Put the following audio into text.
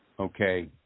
Okay